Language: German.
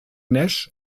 nash